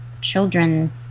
children